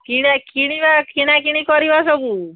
କିଣା କିଣିବା କିଣାକିଣି କରିବ ସବୁ